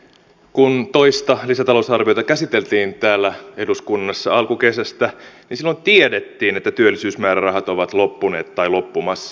kun toista lisätalousarviota käsiteltiin täällä eduskunnassa alkukesästä niin silloin tiedettiin että työllisyysmäärärahat ovat loppuneet tai loppumassa